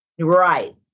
Right